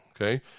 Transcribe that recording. Okay